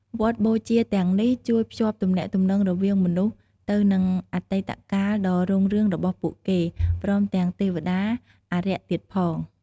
វត្ថុបូជាទាំងនេះជួយភ្ជាប់ទំនាក់ទំនងរវាងមនុស្សទៅ នឹងអតីតកាលដ៏រុងរឿងរបស់ពួកគេ ព្រមទាំងទេវតា អារក្សទៀតផង។